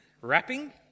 Wrapping